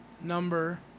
number